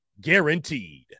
guaranteed